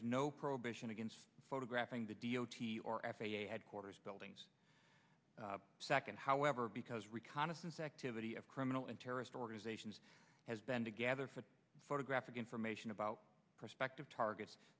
is no prohibition against photographing the d o t or f a a headquarters buildings second however because reconnaissance activity of criminal and terrorist organizations has been together for photographic information about prospective targets